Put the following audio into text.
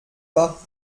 pas